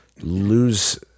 lose